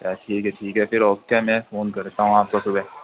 ٹھیک ہے ٹھیک ہے پھر اوکے میں فون کرتا ہوں آپ کو صبح